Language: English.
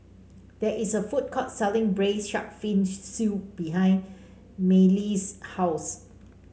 there is a food court selling Braised Shark Fin Soup behind Mayme's house